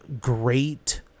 great